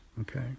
okay